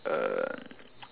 uh